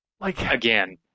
again